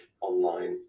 online